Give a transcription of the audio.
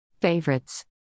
Favorites